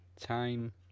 Time